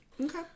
Okay